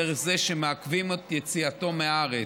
דרך זה שמעכבים את יציאתו מהארץ,